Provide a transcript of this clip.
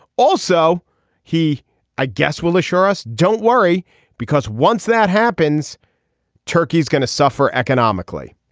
also he i guess will assure us don't worry because once that happens turkey is going to suffer economically.